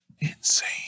Insane